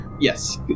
Yes